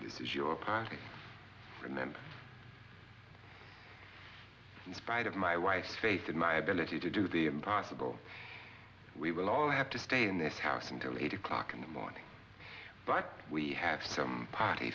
use your past remember spite of my wife's faith in my ability to do the impossible we will all have to stay in this house until eight o'clock in the morning but we have some p